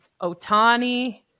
Otani